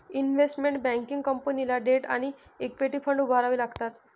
investment banking कंपनीला debt आणि equity fund उभारावे लागतात